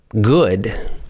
good